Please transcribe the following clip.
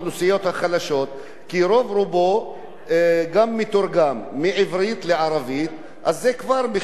כי רוב רובו גם מתורגם מעברית לערבית וזה כבר מכשול שזה לא בשפת האם.